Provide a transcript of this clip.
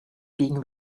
being